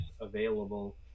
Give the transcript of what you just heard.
available